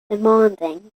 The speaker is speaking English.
demanding